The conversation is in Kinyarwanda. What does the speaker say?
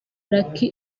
luc